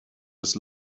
was